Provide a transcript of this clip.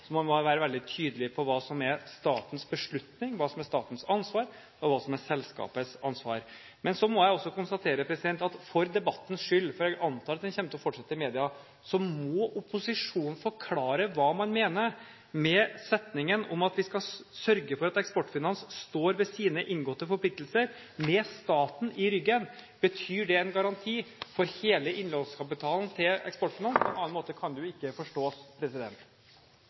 Så man må være veldig tydelig på hva som er statens beslutning, hva som er statens ansvar, og hva som er selskapets ansvar. Men for debattens skyld – for jeg antar at den kommer til å fortsette i media – må opposisjonen forklare hva man mener med setningen om at vi skal sørge for at Eksportfinans står ved sine inngåtte forpliktelser «med staten i ryggen». Betyr det en garanti for hele innlånskapitalen til Eksportfinans? På annen måte kan det jo ikke forstås.